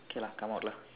K lah come out lah